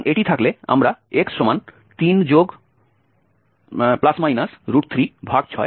সুতরাং এটি থাকলে আমরা x3±36 এ ফাংশনটির মান পাব